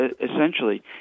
essentially